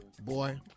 Boy